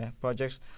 projects